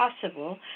possible